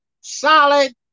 solid